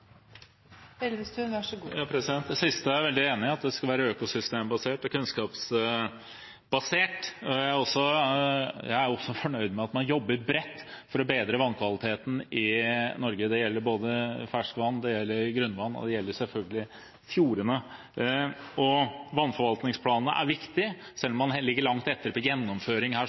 Det siste er jeg veldig enig i – at det skal være økosystembasert og kunnskapsbasert. Jeg også fornøyd med at man jobber bredt for å bedre vannkvaliteten i Norge. Det gjelder ferskvann, det gjelder grunnvann, og det gjelder selvfølgelig fjordene. Vannforvaltningsplanene er viktige, selv om man ligger langt etter med gjennomføring her.